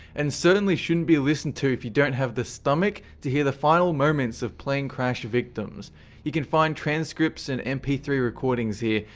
and certainly shouldn't be listened to if you don't have the stomach to hear the final moments of plane crash victims you can find transcripts and m p three recordings here,